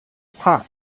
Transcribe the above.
pot